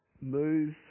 move